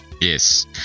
Yes